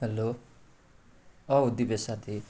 hello औ दिपेश साथी